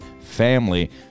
family